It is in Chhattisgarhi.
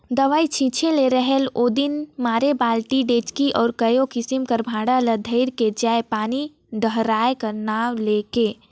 दवई छिंचे ले रहेल ओदिन मारे बालटी, डेचकी अउ कइयो किसिम कर भांड़ा ल धइर के जाएं पानी डहराए का नांव ले के